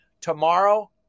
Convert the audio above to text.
tomorrow